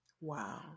Wow